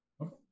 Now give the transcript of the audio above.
Okay